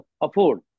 afford